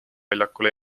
väljakul